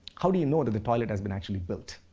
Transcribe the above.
how do you know that the toilet has been actually built?